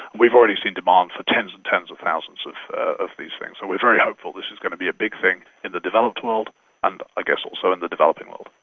we've already seen demands for tens and tens of thousands of of these things, so we're very hopeful this is going to be a big thing in the developed world and i guess also in the developing world.